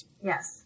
Yes